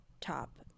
top